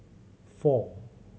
four